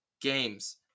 games